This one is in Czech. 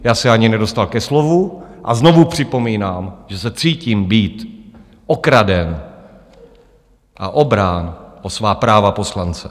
Já se ani nedostal ke slovu, a znovu připomínám, že se cítím být okraden a obrán o svá práva poslance.